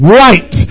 right